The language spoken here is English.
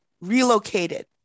relocated